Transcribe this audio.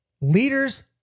Leaders